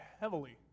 heavily